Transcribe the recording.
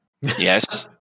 yes